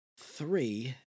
three